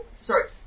Sorry